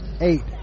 eight